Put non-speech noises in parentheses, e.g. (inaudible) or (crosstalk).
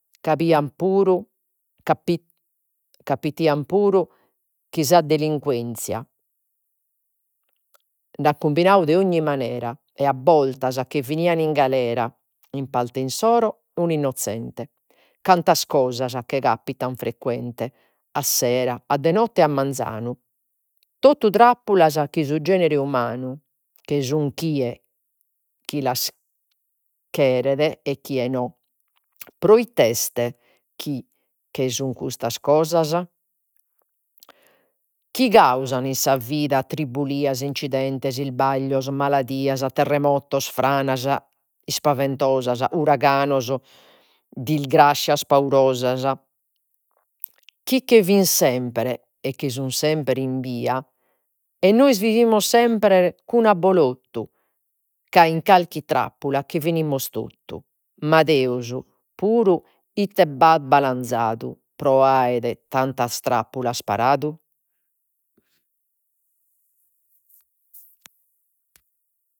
(unintelligible) puru capit capitaian puru chi sa delinquenzia nd'at cumbinadu de 'onzi manera e a boltas che finian in galera. In parte insoro unu innozente. Cantas cosas che capitan frequente a sera, a de notte e a manzanu, totu trappulas chi su genere umanu che sun chie chi (hesitation) las cheret e chie no. Proite est chi (hesitation) che sun custas cosas, chi causan in sa vida. (unintelligible) Incidentes, isbaglios, maladias, terremotos, franas ispaventosas. Uraganos, dilgrassias paurosas, chi che fin sempre e chi sun sempre imbia, e nois vivimus sempre cun abbolottu ca in carchi trappula che finimus tottu. Ma Deus puru ite b'at balanzadu pro aere tantas trappulas paradu?